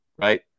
Right